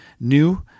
new